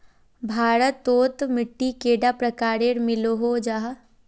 भारत तोत मिट्टी कैडा प्रकारेर मिलोहो जाहा?